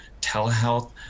telehealth